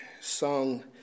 sung